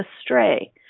astray